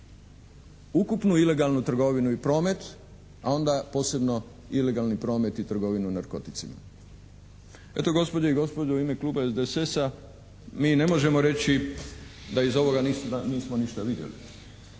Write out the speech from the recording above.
ukupnu ilegalnu trgovinu i promet, a onda posebno ilegalni promet i trgovinu narkoticima. Eto gospođe i gospodo u ime kluba SDSS-a mi ne možemo reći da iz ovoga nismo ništa vidjeli,